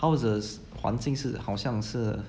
how's the 环境是好像是